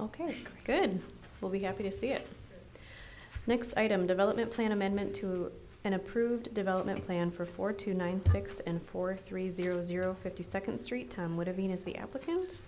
ok good we'll be happy to see it next item development plan amendment to an approved development plan for four to nine six and for three zero zero fifty second street time what i mean is the applicant